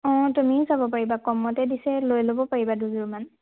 অঁ তুমি চাব পাৰিবা কমতে দিছে লৈ ল'ব পাৰিবা দুযোৰমান